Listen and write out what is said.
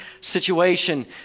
situation